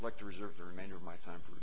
like to reserve the remainder of my time for